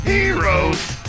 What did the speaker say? Heroes